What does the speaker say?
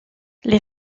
les